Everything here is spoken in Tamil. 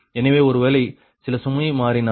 எனவே ஒருவேளை சில சுமை மாறினால்